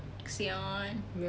kesian